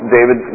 David